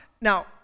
Now